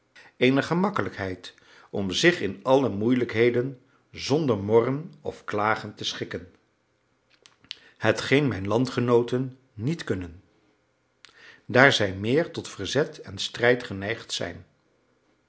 eene gemakkelijkheid om zich in alle moeilijkheden zonder morren of klagen te schikken hetgeen mijn landgenooten niet kunnen daar zij meer tot verzet en strijd geneigd zijn